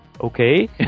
okay